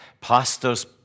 Pastors